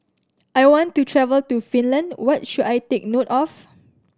I want to travel to Finland what should I take note of